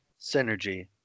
synergy